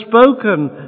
spoken